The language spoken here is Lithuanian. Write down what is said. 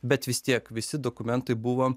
bet vis tiek visi dokumentai buvo